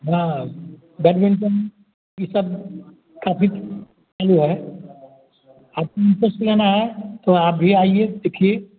बड़ा अब बैडमिन्टन ई सब काफी ई जो है आपको इंटरेस्ट लेना है तो आप भी आइए देखिए